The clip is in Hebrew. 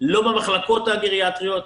לא במחלקות הגריאטריות,